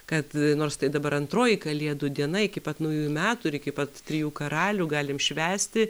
kad nors tai dabar antroji kalėdų diena iki pat naujųjų metų ir iki pat trijų karalių galim švęsti